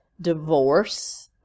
divorce